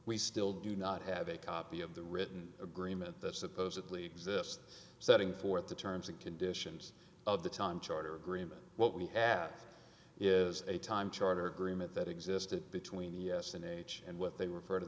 we still do not have a copy of the written agreement that supposedly exists setting forth the terms and conditions of the time charter agreement what we have is a time charter agreement that existed between the us in age and what they refer to